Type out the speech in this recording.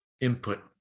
input